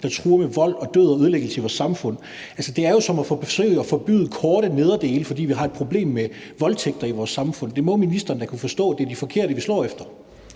og truer med vold og død og ødelæggelse i vores samfund. Det er jo som at forsøge at forbyde korte nederdele, fordi vi har et problem med voldtægter i vores samfund. Det må ministeren da kunne forstå. Det er de forkerte, vi slår efter.